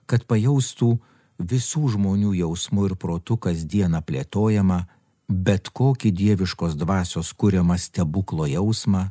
kad pajaustų visų žmonių jausmu ir protu kasdieną plėtojamą bet kokį dieviškos dvasios kuriamą stebuklo jausmą